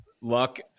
luck